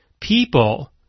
people